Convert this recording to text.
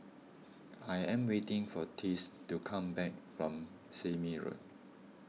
I am waiting for Tess to come back from Sime Road